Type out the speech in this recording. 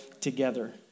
together